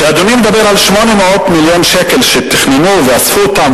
כשאדוני מדבר על 800 מיליון שקל שתכננו ואספו אותם,